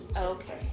Okay